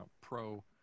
pro